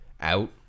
out